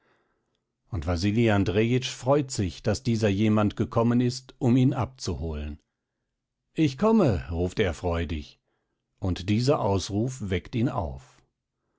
und wasili andrejitsch freut sich daß dieser jemand gekommen ist um ihn abzuholen ich komme ruft er freudig und dieser ausruf weckt ihn auf